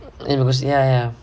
immigration ya ya